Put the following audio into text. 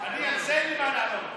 על זה אין לי מה לענות.